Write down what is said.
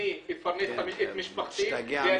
אדם חצה באור אדום, עמד בצד, בא